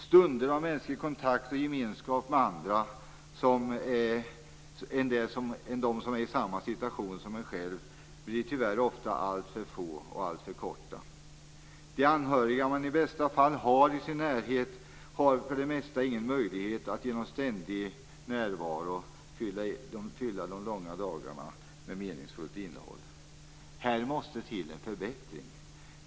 Stunder av mänsklig kontakt och gemenskap med andra än dem som är i samma situation som man själv blir tyvärr ofta alltför få och alltför korta. De anhöriga man i bästa fall har i sin närhet har för det mesta ingen möjlighet att genom ständig närvaro fylla de långa dagarna med meningsfullt innehåll. Här måste till en förbättring.